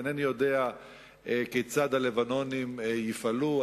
אינני יודע כיצד הלבנונים יפעלו.